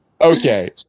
Okay